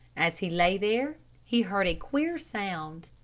as he lay there he heard a queer sound.